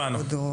הבנו.